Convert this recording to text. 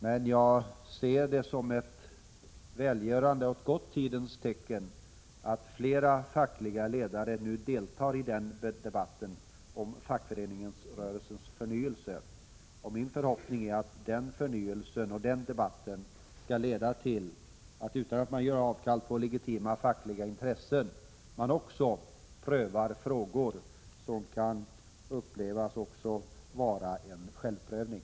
Jag ser det emellertid som ett välgörande och gott tidens tecken att flera fackliga ledare nu deltar i debatten om fackföreningsrörelsens förnyelse. Min förhoppning är att den debatten och den förnyelsen skall leda till — utan att man gör avkall på legitima fackliga intressen — att man också prövar frågor som kan upplevas vara en självprövning.